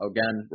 Again